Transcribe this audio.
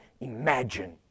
imagine